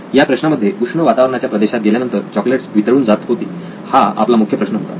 त्या प्रश्नामध्ये उष्ण वातावरणाच्या प्रदेशात गेल्यानंतर चॉकलेट्स वितळून जात होती हा आपला मुख्य प्रश्न होता